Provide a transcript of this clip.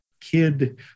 kid